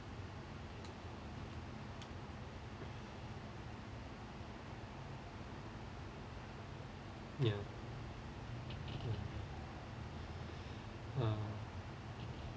ya mm uh